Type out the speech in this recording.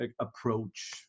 approach